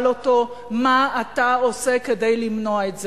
אותו: מה אתה עושה כדי למנוע את זה?